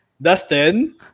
Dustin